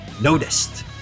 noticed